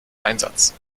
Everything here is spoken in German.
einsatz